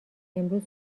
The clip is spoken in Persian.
امروز